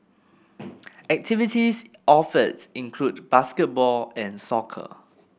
activities offered include basketball and soccer